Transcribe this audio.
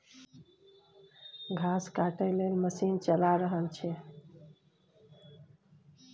घास काटय लेल मशीन चला रहल छै